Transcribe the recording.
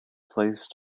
placed